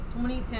2010